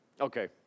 Okay